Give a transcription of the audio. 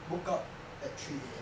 woke up at three A_M